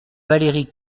valérie